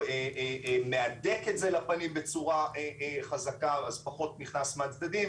הוא מהדק את זה לפנים בצורה חזקה אז פחות נכנס מהצדדים,